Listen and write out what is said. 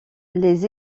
les